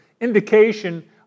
indication